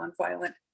nonviolent